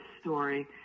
story